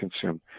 consume